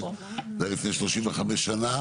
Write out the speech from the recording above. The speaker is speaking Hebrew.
זה היה לפני 35 שנה.